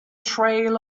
trail